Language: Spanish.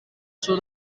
sur